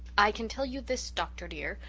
i can tell you this dr. dear,